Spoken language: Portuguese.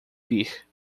vir